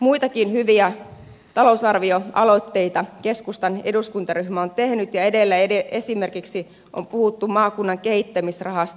muitakin hyviä talousarvioaloitteita keskustan eduskuntaryhmä on tehnyt ja edellä on puhuttu esimerkiksi maakunnan kehittämisrahasta